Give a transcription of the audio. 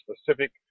specific